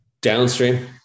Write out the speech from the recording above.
downstream